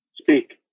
speak